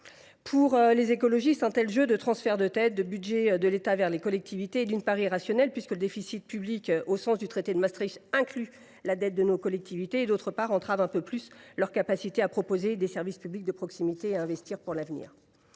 Pour les écologistes, un tel jeu de transfert de dette du budget de l’État vers celui des collectivités est, d’une part, irrationnel puisque le déficit public, tel que le définit le traité de Maastricht, inclut la dette des collectivités ; d’autre part, il entrave un peu plus leur capacité à proposer des services publics de proximité et à investir pour l’avenir.